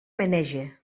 menege